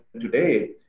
today